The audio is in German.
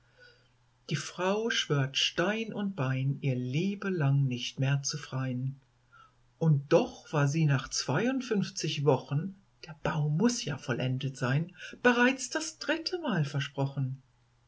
die frau schwört stein und bein ihr lebelang nicht mehr zu frein und doch war sie nach zweiundfunfzig wochen der bau muß ja vollendet sein bereits das dritte mal versprochen